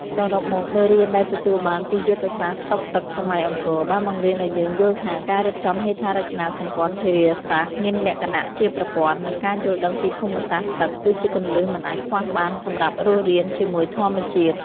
សរុបមក មេរៀនដែលទទួលបានពីយុទ្ធសាស្ត្រស្តុកទឹកសម័យអង្គរ បានបង្រៀនឱ្យយើងយល់ថា ការរៀបចំហេដ្ឋារចនាសម្ព័ន្ធធារាសាស្ត្រដែលមានលក្ខណៈជាប្រព័ន្ធ និងការយល់ដឹងពីភូមិសាស្ត្រទឹក គឺជាគន្លឹះមិនអាចខ្វះបានសម្រាប់រស់រានជាមួយធម្មជាតិ។